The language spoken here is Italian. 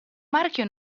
marchio